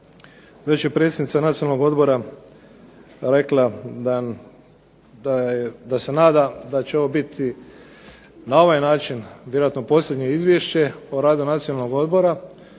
Već je predsjednica Nacionalnog odbora rekla da se nada da će ovo biti na ovaj način vjerojatno posljednje izvješće o radu Nacionalnog odbora